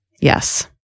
Yes